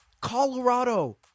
Colorado